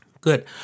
Good